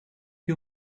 you